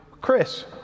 Chris